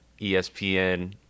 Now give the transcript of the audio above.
ESPN